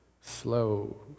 slow